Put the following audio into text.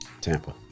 Tampa